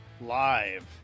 live